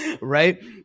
right